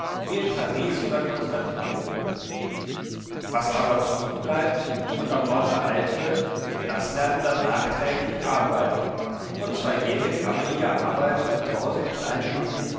wie in paris oder konstantinopel was aber zurückbleibt und am orte alt wird das lernt dann nachträglich arbeiten und zwar jene krabbelige arbeit von tausend kleinen dingen